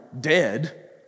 dead